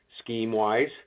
scheme-wise